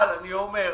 אבל אני אומר,